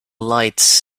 lights